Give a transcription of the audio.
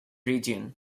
region